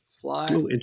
Fly